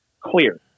clear